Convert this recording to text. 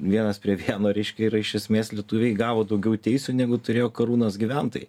vienas prie vieno reiškia yra iš esmės lietuviai gavo daugiau teisių negu turėjo karūnos gyventojai